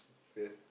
yes